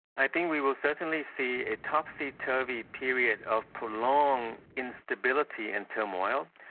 i think we will certainly see a topsy-turvy period of prolonged instability and turmoil.